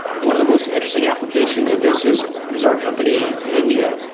one of the most interesting applications of this is is our company in india.